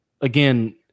again